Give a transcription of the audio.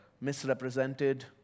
misrepresented